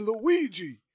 Luigi